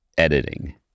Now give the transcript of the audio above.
editing